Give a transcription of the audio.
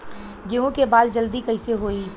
गेहूँ के बाल जल्दी कईसे होई?